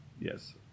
Yes